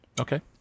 Okay